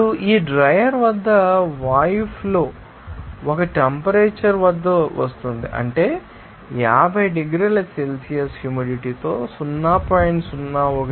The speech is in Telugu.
ఇప్పుడు ఈ డ్రైయర్ వద్ద వాయుఫ్లో ఒక టెంపరేచర్ వద్ద వస్తోంది అంటే 50 డిగ్రీల సెల్సియస్ హ్యూమిడిటీ తో 0